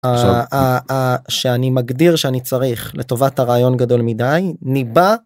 שאני מגדיר שאני צריך לטובת הרעיון גדול מדי ניבה.